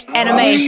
anime